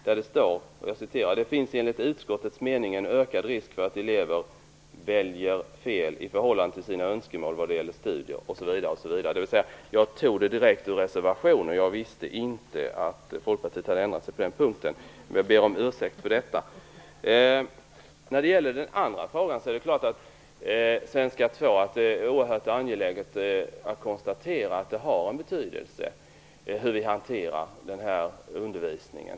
Där står det: "Det finns enligt utskottets mening en ökad risk för att elever väljer fel i förhållande till sina önskemål vad gäller vidare studier -." Jag läste direkt ur reservationen, men jag visste inte att Folkpartiet hade ändrat sig på den punkten. Jag ber om ursäkt för det. När det gäller den andra frågan, om svenska 2, är det oerhört angeläget att konstatera att det har betydelse hur vi hanterar den här undervisningen.